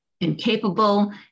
incapable